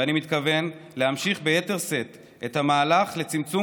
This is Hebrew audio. ואני מתכוון להמשיך ביתר שאת את המהלך לצמצום